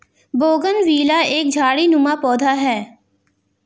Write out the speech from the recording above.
bougainvillea एक झाड़ीनुमा पौधा है